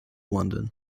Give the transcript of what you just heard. london